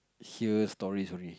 hear stories only